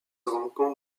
rencontre